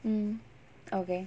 mm okay